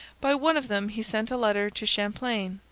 by one of them he sent a letter to champlain,